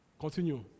continue